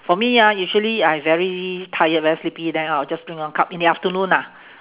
for me ah usually I very tired very sleepy then I will just drink one cup in the afternoon lah